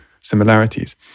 similarities